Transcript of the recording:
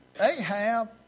Ahab